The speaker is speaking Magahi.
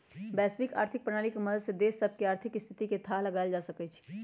वैश्विक आर्थिक प्रणाली के मदद से देश सभके आर्थिक स्थिति के थाह लगाएल जा सकइ छै